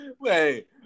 wait